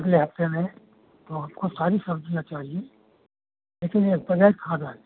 अगले हफ़्ते में तो हमको सारी सब्ज़ियाँ चाहिए लेकिन यह बग़ैर खाद वाली